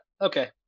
okay